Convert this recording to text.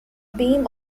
beam